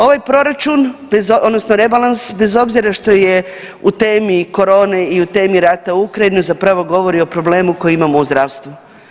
Ovaj proračun, odnosno rebalans, bez obzira što je u temi korone i u temi rata u Ukrajinu zapravo govori o problemu koji imamo u zdravstvu.